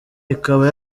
ikaba